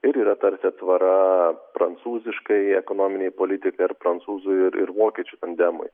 ir yra tarsi atsvara prancūziškai ekonominei politikai ar prancūzų ir ir vokiečių tandemui